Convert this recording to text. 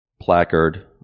placard